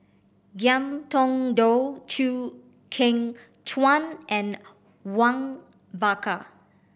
Ngiam Tong Dow Chew Kheng Chuan and Awang Bakar